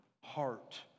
heart